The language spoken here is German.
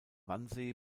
wannsee